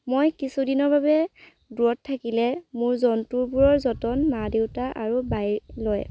মই কিছুদিনৰ বাবে দূৰত থাকিলে মোৰ জন্তুবোৰৰ যতন মা দেউতা আৰু বায়ে লয়